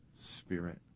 Spirit